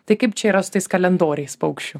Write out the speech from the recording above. tai kaip čia yra su tais kalendoriais paukščių